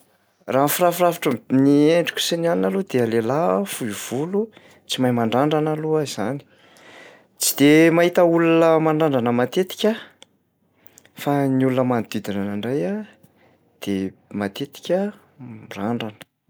Raha ny firafifarafitry ny endriko sy ny anina aloha dia lehilahy aho fohy volo, tsy mahay mandrandrana aloha aho izany. Tsy de mahita olona mandrandrana matetika aho fa ny olona manodidina anahy indray a, de mtetika mirandrana, hitako.